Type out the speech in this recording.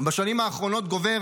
בשנים האחרונות גובר,